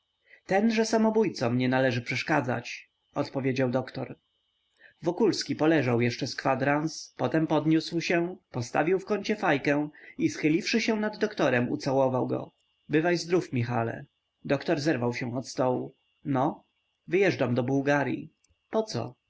ten że samobójcom nie należy przeszkadzać odpowiedział doktor wokulski poleżał jeszcze z kwadrans potem podniósł się postawił w kącie fajkę i schyliwszy się nad doktorem ucałował go bywaj zdrów michale doktor zerwał się od stołu no wyjeżdżam do bułgaryi po co